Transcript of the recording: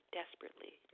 desperately